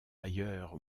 ailleurs